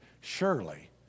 surely